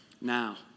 Now